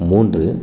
மூன்று